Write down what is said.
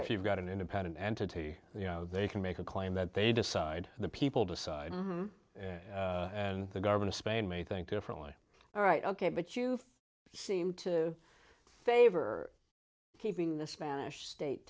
actually got an independent entity you know they can make a claim that they decide the people decide and the government of spain may think differently all right ok but you seem to favor keeping the spanish state